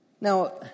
Now